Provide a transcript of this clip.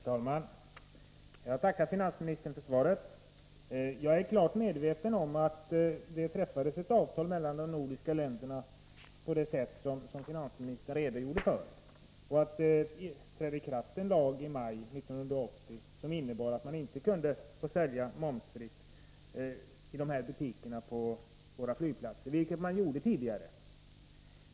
Herr talman! Jag tackar finansministern för svaret. Jag är klart medveten om att det träffades ett avtal mellan de nordiska länderna på det sätt som finansministern redogjorde för och att det i maj 1980 trädde i kraft en lag, som innebar att man inte kunde få sälja momsfritt i dessa butiker på våra flygplatser, vilket man gjorde tidigare.